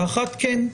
האחת - כן,